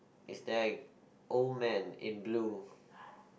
is there a old man in blue